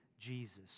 Jesus